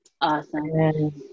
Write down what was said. Awesome